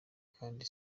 kandi